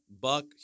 buck